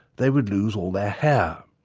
they would lose all their hair.